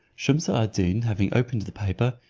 shumse ad deen having opened the paper,